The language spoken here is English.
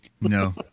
No